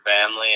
family